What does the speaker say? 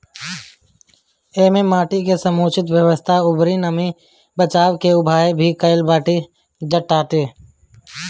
एमे माटी के समुचित व्यवस्था अउरी नमी के बाचावे के उपाय भी कईल जाताटे